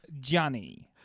Johnny